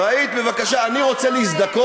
אף אחד לא, כפר-עקב